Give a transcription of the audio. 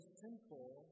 simple